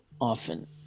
often